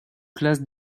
classe